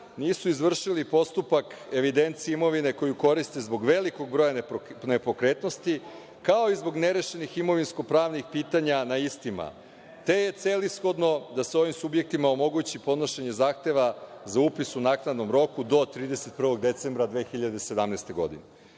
nisu izvršili postupak evidencije imovine koju koriste zbog velikog broja nepokretnosti, kao i zbog nerešenih imovinsko-pravnih pitanja na istima, te je celishodno da se ovim subjektima omogući podnošenje zahteva za upis u naknadnom roku, do 31. decembra 2017. godine. Da